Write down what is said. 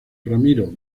ramiro